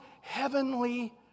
heavenly